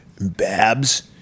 Babs